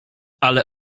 ale